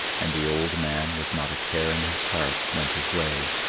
and the old man, with not a care in his heart, went his way,